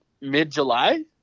mid-july